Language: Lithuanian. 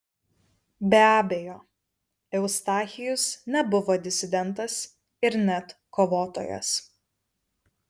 be abejo eustachijus nebuvo disidentas ir net kovotojas